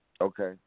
Okay